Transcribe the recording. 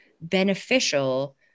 beneficial